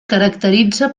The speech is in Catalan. caracteritza